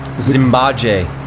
Zimbabwe